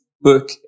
book